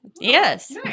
Yes